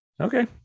Okay